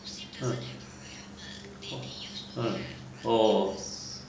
hmm o~ !huh! oh